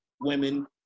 women